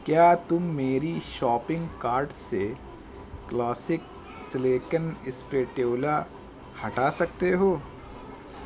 کیا تم میری شاپنگ کارٹ سے کلاسک سلیکن اسپیٹیولا ہٹا سکتے ہو